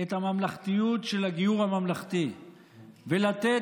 את הממלכתיות של הגיור הממלכתי ולתת